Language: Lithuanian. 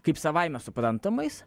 kaip savaime suprantamais